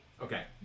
Okay